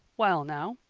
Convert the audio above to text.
well now,